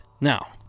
Now